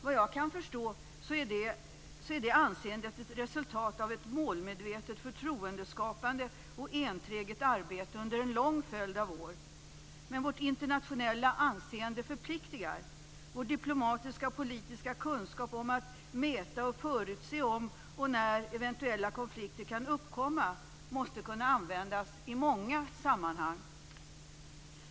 Vad jag kan förstå är detta anseende ett resultat av ett målmedvetet förtroendeskapande och enträget arbete under en lång följd av år. Men vårt internationella anseende förpliktar. Vår diplomatiska och politiska kunskap om att mäta och förutse om och när eventuella konflikter kan uppkomma måste kunna användas i många sammanhang.